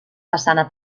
façana